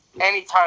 anytime